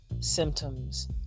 symptoms